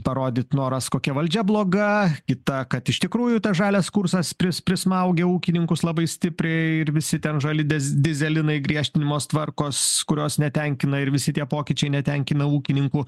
parodyt noras kokia valdžia bloga kita kad iš tikrųjų tas žalias kursas pris prismaugia ūkininkus labai stipriai ir visi ten žali dez dyzelinai griežtinimos tvarkos kurios netenkina ir visi tie pokyčiai netenkina ūkininkų